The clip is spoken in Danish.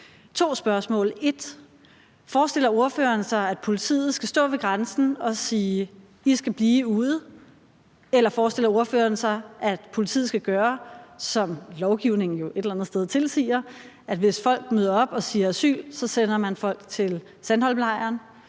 to spørgsmål: 1) Forestiller ordføreren sig, at politiet skal stå ved grænsen og sige: I skal blive ude? Eller forestiller ordføreren sig, at politiet skal gøre, som lovgivningen jo et eller andet sted tilsiger, nemlig at hvis folk møder op og siger asyl, sender man dem til Sandholmlejren?